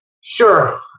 Sure